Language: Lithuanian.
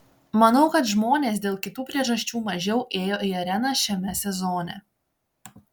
manau kad žmonės dėl kitų priežasčių mažiau ėjo į areną šiame sezone